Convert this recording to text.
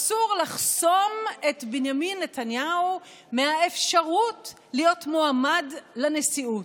אסור לחסום את בנימין נתניהו מהאפשרות להיות מועמד לנשיאות.